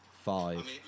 five